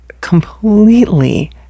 completely